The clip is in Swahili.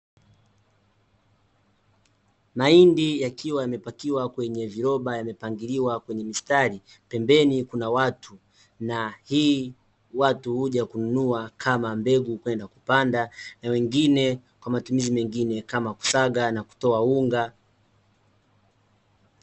Mahindi yakiwa yamepakiwa kwenye viroba, yamepangiliwa kwenye mistari. Pembeni kuna watu, na hii watu huja kununua kama mbegu kwenda kupanda, na wengine kwa matumizi mengine kama kusaga na kutoa unga.